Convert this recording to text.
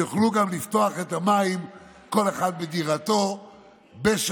יוכלו גם לפתוח את המים כל אחד בדירתו בשבת.